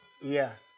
Yes